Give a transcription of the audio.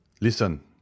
Listen